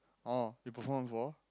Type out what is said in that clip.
oh you perform for